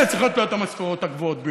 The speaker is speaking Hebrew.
אלה צריכות להיות המשכורות הגבוהות ביותר.